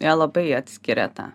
jie labai atskiria tą